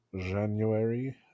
january